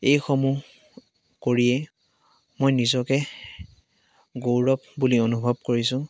এইসমূহ কৰিয়েই মই নিজকে গৌৰৱ বুলি অনুভৱ কৰিছোঁ